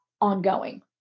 ongoing